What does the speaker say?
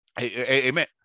Amen